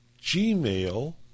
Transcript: gmail